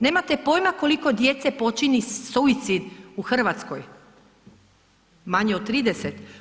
Nemate pojma koliko djece počini suicid u Hrvatskoj, manje od 30.